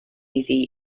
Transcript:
iddi